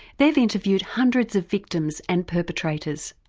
they've interview hundreds of victims and perpetrators.